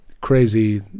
crazy